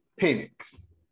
Penix